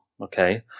okay